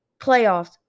playoffs